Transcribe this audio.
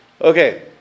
Okay